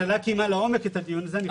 הממשלה קיימה את הדיון הזה לעומק.